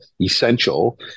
essential